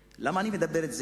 למה אני מדבר על זה?